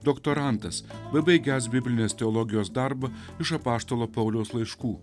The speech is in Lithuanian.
doktorantas bebaigiąs biblinės teologijos darbą iš apaštalo pauliaus laiškų